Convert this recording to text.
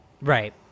right